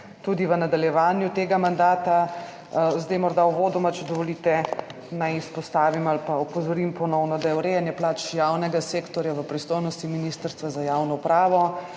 tudi v nadaljevanju tega mandata. Morda uvodoma, če dovolite, naj izpostavim ali pa ponovno opozorim, da je urejanje plač javnega sektorja v pristojnosti Ministrstva za javno upravo,